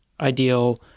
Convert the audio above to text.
ideal